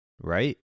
right